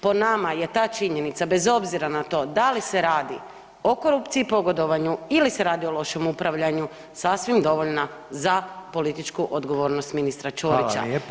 Po nama je ta činjenica bez obzira na to da li se radi o korupciji pogodovanju ili se radi o lošem upravljanju sasvim dovoljna za političku odgovornost ministra Ćorića.